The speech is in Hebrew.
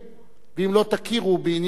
אם לא תכירו בעניין זה,